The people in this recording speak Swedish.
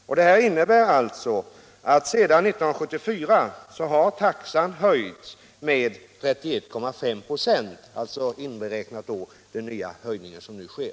Till slut vill jag understryka att sedan 1974 har taxan höjts med 31,5 26, inberäknat den nya höjning som nu sker.